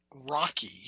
Rocky